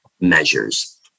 measures